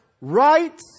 right